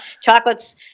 Chocolate's